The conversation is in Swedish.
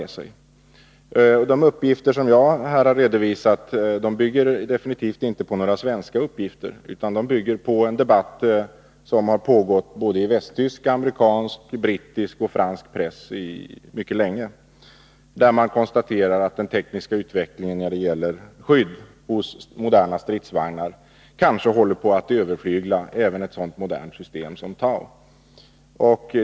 De uppgifter som jag här redovisat är definitivt inte några svenska uppgifter, utan de bygger på en debatt som mycket länge pågått i både västtysk, amerikansk, brittisk och fransk press, där man konstaterar att den tekniska utvecklingen när det gäller skydd hos moderna stridsvagnar kanske håller på att överflygla även ett sådant modernt system som TOW.